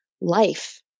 life